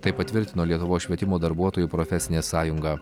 tai patvirtino lietuvos švietimo darbuotojų profesinė sąjunga